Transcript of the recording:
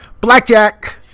blackjack